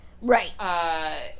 Right